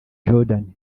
jordan